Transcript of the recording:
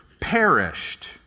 perished